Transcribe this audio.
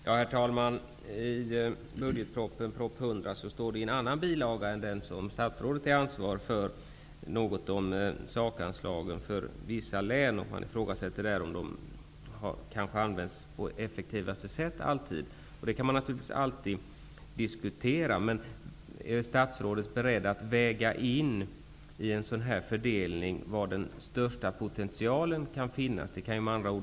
Herr talman! I budgetpropositionen står det i en annan bilaga än den som statsrådet är ansvarig för något om sakanslagen för vissa län. Man ifrågasätter om de alltid har använts på effektivaste sätt. Det kan naturligtvis diskuteras. Är statsrådet beredd att i en sådan fördelning väga in var den största potentialen kan finnas?